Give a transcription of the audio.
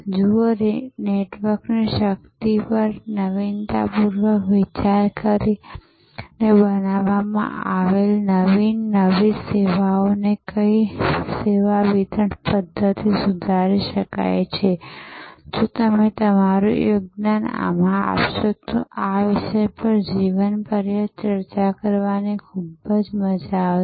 જુઓ નેટવર્કની શક્તિ પર નવીનતાપૂર્વક વિચાર કરીને બનાવવામાં આવેલ નવીન નવી સેવાઓને કઈ સેવા વિતરણ પદ્ધતિમાં સુધારી શકાય છે અને જો તમે તમારુ યોગદાન આમાં આપશો તો આ વિષય પર જીવન પર્યત ચર્ચા કરવાની ખૂબ મજા આવશે